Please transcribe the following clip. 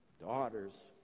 daughters